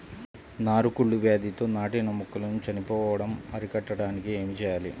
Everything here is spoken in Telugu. నారు కుళ్ళు వ్యాధితో నాటిన మొక్కలు చనిపోవడం అరికట్టడానికి ఏమి చేయాలి?